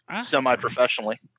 semi-professionally